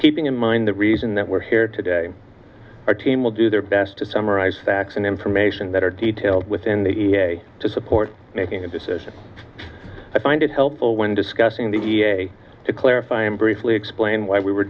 keeping in mind the reason that we're here today our team will do their best to summarise facts and information better details within the day to support making a decision i find it helpful when discussing the e a to clarify and briefly explain why we were